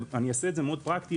אעשה את זה מאוד פרקטי,